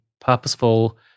purposeful